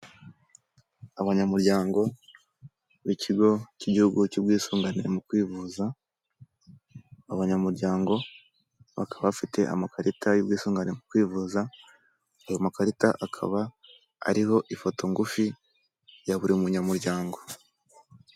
Abanyamuryango b'ikigo cy'igihugu cy'ubwisungane mu kwivuza, abanyamuryango bakaba bafite amakarita y'ubwisungane mu kwivuza ayo makarita akaba ariho ifoto ngufi ya buri munyamuryango.